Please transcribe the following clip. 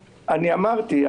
אמרתי,